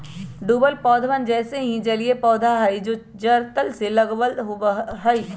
डूबल पौधवन वैसे ही जलिय पौधा हई जो जड़ तल से लगल होवा हई